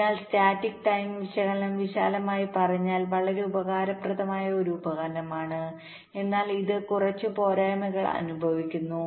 അതിനാൽ static timing വിശകലനം വിശാലമായി പറഞ്ഞാൽ വളരെ ഉപകാരപ്രദമായ ഒരു ഉപകരണമാണ് എന്നാൽ ഇത് കുറച്ച് പോരായ്മകൾ അനുഭവിക്കുന്നു